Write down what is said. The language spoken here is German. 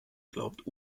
glaubt